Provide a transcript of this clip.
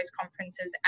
conferences